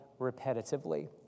repetitively